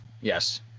yes